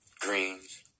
greens